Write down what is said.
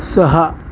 सहा